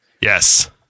Yes